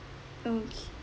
okay